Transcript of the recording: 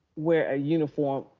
wear a uniform,